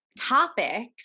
topics